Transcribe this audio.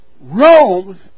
Rome